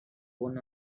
worn